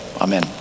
amen